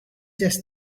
just